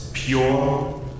Pure